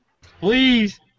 Please